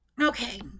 Okay